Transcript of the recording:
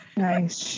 nice